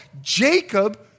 Jacob